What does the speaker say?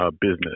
business